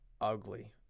ugly